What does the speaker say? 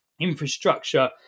infrastructure